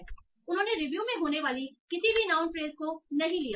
इसलिए उन्होंने रिव्यू में होने वाले किसी भी नाउन फ्रेस को नहीं लिया